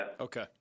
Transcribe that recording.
Okay